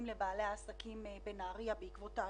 לבעלי העסקים בנהריה בעקבות השיטפונות.